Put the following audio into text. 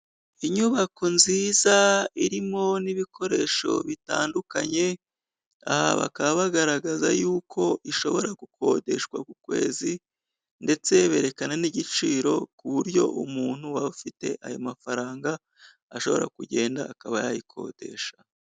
Inyubako nziza irimo n'ibikoresho bitandukanye, aha bakaba bagaragaza yuko ishobora gukodeshwa ku kwezi, ndetse berekana n'igiciro, ku buryo umuntu waba ufite ayo mafaranga ashobora kugenda akaba yayikodesha.